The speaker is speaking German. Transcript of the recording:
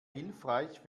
hilfreich